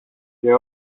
και